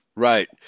Right